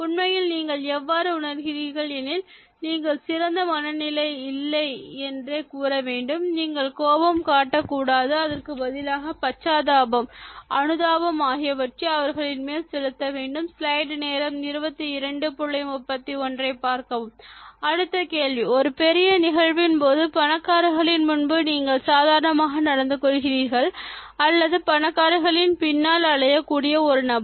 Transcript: உண்மையில் நீங்கள் அவ்வாறு உணர்வீர்கள் எனில் நீங்கள் சிறந்த மனநிலையில் இல்லை என்றே கூற வேண்டும் நீங்கள் கோபம் காட்டக்கூடாது அதற்கு பதிலாக பச்சாதாபம் அனுதாபம் ஆகியவற்றை அவர்களின் மேல் செலுத்த வேண்டும் அடுத்த கேள்வி ஒரு பெரிய நிகழ்வின்போது பணக்காரர்களின் முன்பு நீங்கள் சாதாரணமாக நடந்து கொள்கிறீர்கள் அல்லது பணக்காரர்களின் பின்னால் அலைய கூடிய ஒரு நபரா